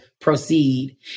proceed